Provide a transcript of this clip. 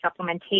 supplementation